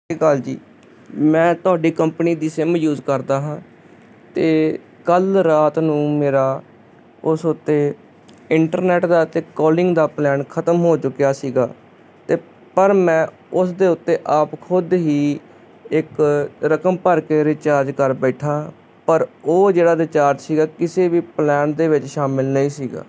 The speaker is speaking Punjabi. ਸਤਿ ਸ਼੍ਰੀ ਅਕਾਲ ਜੀ ਮੈਂ ਤੁਹਾਡੀ ਕੰਪਨੀ ਦੀ ਸਿਮ ਯੂਜ ਕਰਦਾ ਹਾਂ ਅਤੇ ਕੱਲ੍ਹ ਰਾਤ ਨੂੰ ਮੇਰਾ ਉਸ ਉੱਤੇ ਇੰਟਰਨੈੱਟ ਦਾ ਅਤੇ ਕੋਲਿੰਗ ਦਾ ਪਲੈਨ ਖਤਮ ਹੋ ਚੁੱਕਿਆ ਸੀਗਾ ਅਤੇ ਪਰ ਮੈਂ ਉਸ ਦੇ ਉੱਤੇ ਆਪ ਖੁਦ ਹੀ ਇੱਕ ਰਕਮ ਭਰ ਕੇ ਰਿਚਾਰਜ ਕਰ ਬੈਠਾ ਪਰ ਉਹ ਜਿਹੜਾ ਰਿਚਾਰਜ ਸੀਗਾ ਕਿਸੇ ਵੀ ਪਲੈਨ ਦੇ ਵਿੱਚ ਸ਼ਾਮਿਲ ਨਹੀਂ ਸੀਗਾ